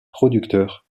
producteur